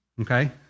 Okay